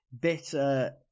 Bitter